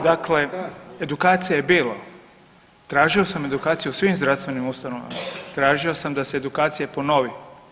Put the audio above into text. Dakle, edukacija je bilo, tražio sam edukaciju u svim zdravstvenim ustanovama, tražio sam da se edukacija ponovi.